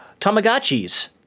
tamagotchis